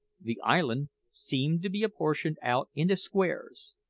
the island seemed to be apportioned out into squares,